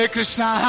Krishna